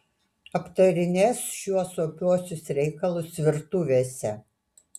aptarinės šiuos opiuosius reikalus virtuvėse